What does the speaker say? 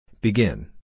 Begin